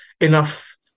enough